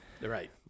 Right